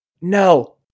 No